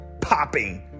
popping